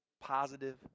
positive